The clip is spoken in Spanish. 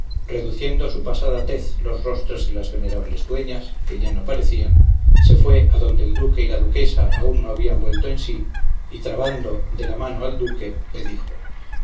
reduciendo a su pasada tez los rostros de las venerables dueñas que ya no parecían se fue adonde el duque y la duquesa aún no habían vuelto en sí y trabando de la mano al duque le dijo